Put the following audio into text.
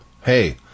Hey